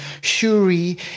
Shuri